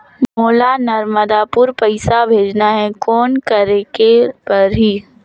मोला नर्मदापुर पइसा भेजना हैं, कौन करेके परही?